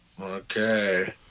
Okay